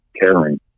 caring